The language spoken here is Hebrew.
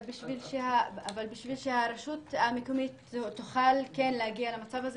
אבל בשביל שהרשות המקומית כן תוכל להגיע למצב הזה,